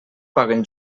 paguen